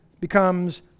becomes